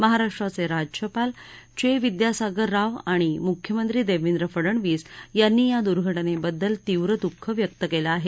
महाराष्ट्राचे राज्यपाल चे विद्यासागर राव आणि मुख्यमंत्री देवेंद्र फडणवीस यांनी या दुर्घटनेबद्दल तीव्र दुःख व्यक्त केलं आहे